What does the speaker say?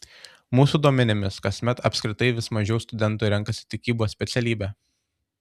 mūsų duomenimis kasmet apskritai vis mažiau studentų renkasi tikybos specialybę